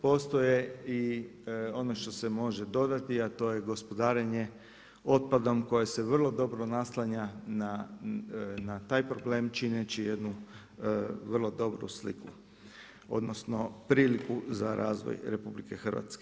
Postoje i ono što se može dodati, a to je gospodarenje otpadom koje se vrlo dobro naslanja na taj problem čineći jednu vrlo dobru sliku odnosno priliku za razvoj RH.